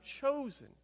chosen